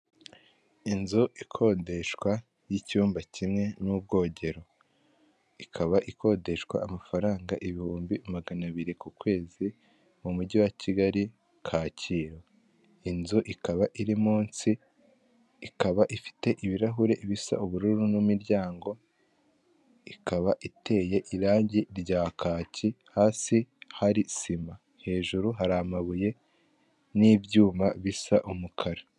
Inzu ikodeshwa y'icyumba kimwe n'ubwogero, ikaba ikodeshwa amafaranga ibihumbi magana abiri ku kwezi mu mujyi wa Kigali-Kacyiru inzu ikaba iri munsi, ikaba ifite ibirahure bisa ubururu n'imiryango ikaba iteye irangi rya kaki hasi hari sima hejuru hari amabuye n'ibyuma bisa umukara.